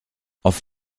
auf